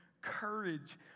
courage